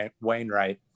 Wainwright